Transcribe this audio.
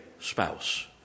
spouse